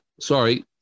Sorry